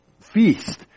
feast